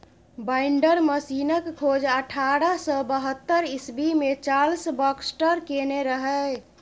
binder मशीनक खोज अठारह सय बहत्तर इस्बी मे चार्ल्स बाक्सटर केने रहय